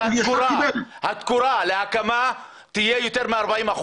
זה שהתקורה להקמה תהיה יותר מ-40%.